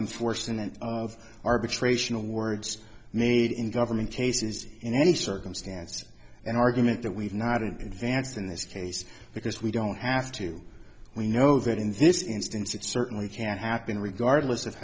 and of arbitration awards made in government cases in any circumstance an argument that we've not an advance in this case because we don't have to we know that in this instance it certainly can happen regardless of